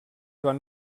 van